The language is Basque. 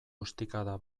ostikada